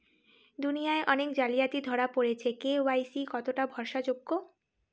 দুনিয়ায় অনেক জালিয়াতি ধরা পরেছে কে.ওয়াই.সি কতোটা ভরসা যোগ্য?